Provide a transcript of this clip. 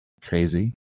crazy